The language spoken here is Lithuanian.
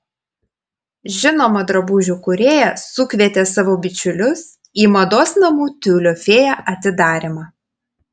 žinoma drabužių kūrėja sukvietė savo bičiulius į mados namų tiulio fėja atidarymą